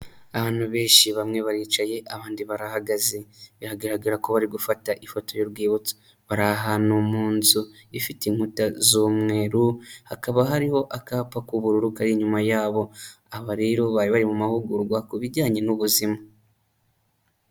Abantu benshi bamwe baricaye abandi barahagaze, biragaragara ko bari gufata ifoto y'urwibutso. Bari ahantu mu nzu ifite inkuta z'umweru hakaba hariho akapa k'ubururu kari inyuma yabo. Aba rero bari bari mu mahugurwa ku bijyanye n'ubuzima.